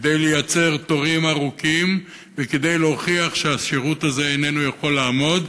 כדי לייצר תורים ארוכים וכדי להוכיח שהשירות הזה איננו יכול לעמוד.